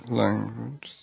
language